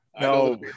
No